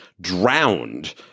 drowned